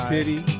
City